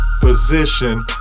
position